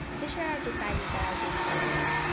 this year i've decided that i'll do more of that.